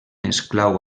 esclau